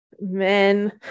men